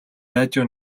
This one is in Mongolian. радио